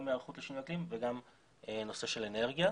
גם היערכות לשינוי אקלים וגם נושא של אנרגיה.